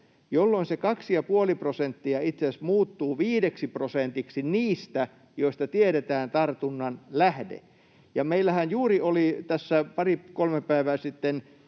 jolloin se 2,5 prosenttia itse asiassa muuttuu 5 prosentiksi niistä, joista tiedetään tartunnan lähde. Meillähän oli juuri tässä pari kolme päivää sitten